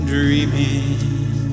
Dreaming